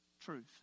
truth